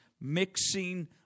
mixing